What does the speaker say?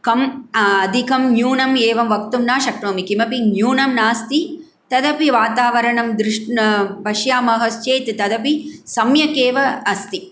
कम् अधिकं न्यूनम् एवं वक्तुं न शक्नोमि किमपि न्यूनं नास्ति तदपि वातावरणं पश्यामः चेत् तदपि सम्यकेव अस्ति